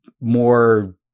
more